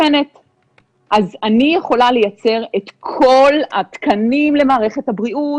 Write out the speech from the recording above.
אז אני יכולה לייצר את כל התקנים למערכת הבריאות,